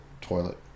toilet